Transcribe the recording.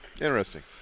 Interesting